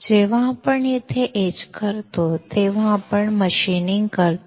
जेव्हा आपण इतके एच करतो तेव्हा आपण मशीनिंग करतो